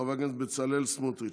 חברי הכנסת בצלאל סמוטריץ',